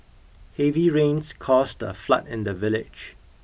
heavy rains caused a flood in the village